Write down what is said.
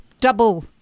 double